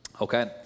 Okay